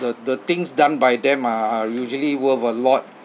the the things done by them are usually worth a lot